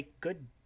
good